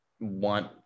want